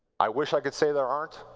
i wish i could say there aren't.